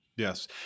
Yes